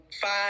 five